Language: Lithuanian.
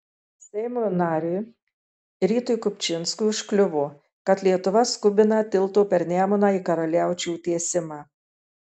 seimo nariui rytui kupčinskui užkliuvo kad lietuva skubina tilto per nemuną į karaliaučių tiesimą